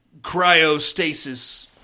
cryostasis